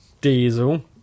Diesel